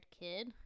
kid